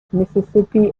mississippi